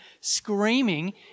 screaming